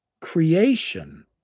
creation